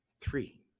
three